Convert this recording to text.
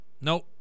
Nope